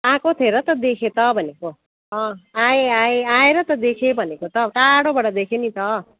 आएको थिएँ र त देखेँ त भनेको अँ आएँ आएँ आएँ आएर त देखेँ भनेको त टाढोबाट देखेँ नि त